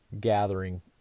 gathering